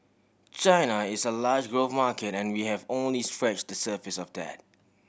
China is a large growth market and we have only scratch the surface of that